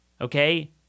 okay